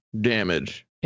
Damage